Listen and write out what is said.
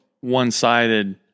one-sided